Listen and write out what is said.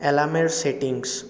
অ্যালার্মের সেটিংস